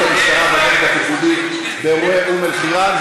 המשטרה והדרג הפיקודי באירועי אום-אלחיראן,